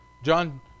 John